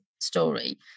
story